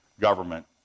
government